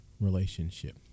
relationship